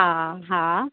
हा हा